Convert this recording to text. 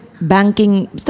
banking